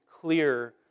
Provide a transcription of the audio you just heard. clear